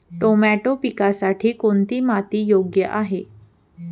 Tomato पिकासाठी कोणती माती योग्य आहे?